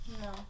No